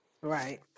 Right